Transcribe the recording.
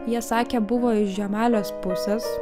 jie sakė buvo iš žemalės pusės